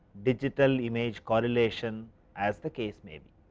digital image correlation as the case may be.